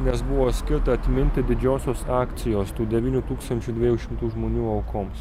nes buvo skirta atminti didžiosios akcijos tų devynių tūkstančių dviejų šimtų žmonių aukoms